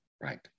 right